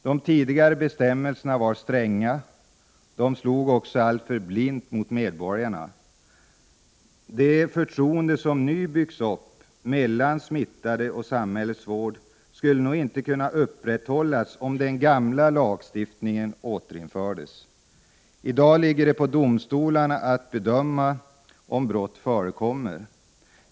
De tidigare bestämmelserna var stränga och slog också alltför blint mot medborgarna. Det förtroende som nu byggs upp mellan smittade och samhällets vård skulle noginte kunna upprätthållas om den gamla lagstiftningen återinfördes. I dag ankommer det på domstolarna att bedöma om brott förekommer.